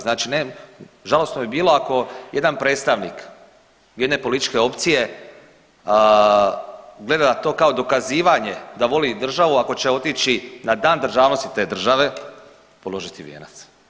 Znači ne, žalosno bi bilo ako jedan predstavnik jedne političke opcije gleda na to kao dokazivanje da voli državu ako će otići na Dan državnosti te države položiti vijenac.